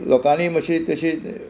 लोकांनी मातशी तशी